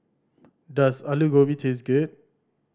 does Alu Gobi taste good